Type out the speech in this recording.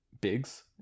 bigs